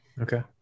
okay